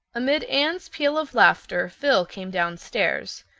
amid anne's peal of laughter phil came downstairs,